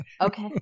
okay